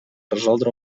resoldre